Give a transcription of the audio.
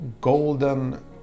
golden